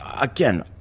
again